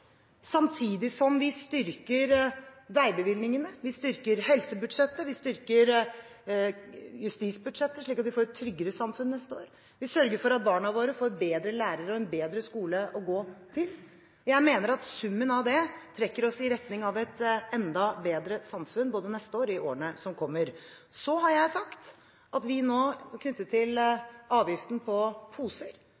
samtidig som vi styrker veibevilgningene, vi styrker helsebudsjettet, vi styrker justisbudsjettet, slik at vi får et tryggere samfunn neste år, vi sørger for at barna våre får bedre lærere og en bedre skole å gå til. Jeg mener at summen av det trekker oss i retning av et enda bedre samfunn – både neste år og i årene som kommer. Så har jeg sagt at vi nå, knyttet til